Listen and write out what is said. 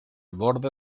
borde